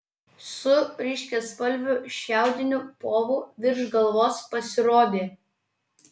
su ryškiaspalviu šiaudiniu povu virš galvos pasirodė